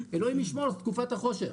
אלוהים ישמור תקופת החושך,